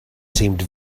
seemed